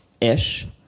ish